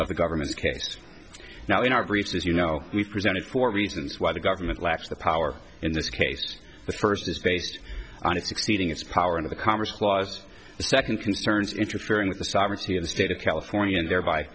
of the government's case now in our brief says you know we presented four reasons why the government lacks the power in this case the first is based on its exceeding its power of the congress was second concerns interfering with the sovereignty of the state of california and thereby